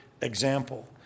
example